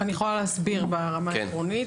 אני יכולה להסביר ברמה העקרונית.